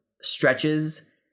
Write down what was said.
stretches